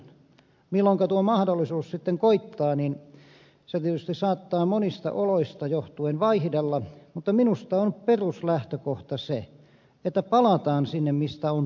milloinka tuo mahdollisuus sitten koittaa se tietysti saattaa monista oloista johtuen vaihdella mutta minusta on peruslähtökohta se että palataan sinne mistä on tultu